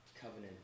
covenant